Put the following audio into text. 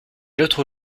l’autre